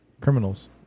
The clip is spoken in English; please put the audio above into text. criminals